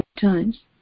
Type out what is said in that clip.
times